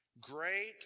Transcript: great